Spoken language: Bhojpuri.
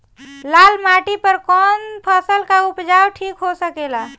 लाल माटी पर कौन फसल के उपजाव ठीक हो सकेला?